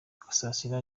gasasira